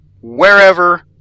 wherever